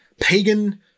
pagan